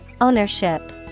Ownership